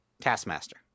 Taskmaster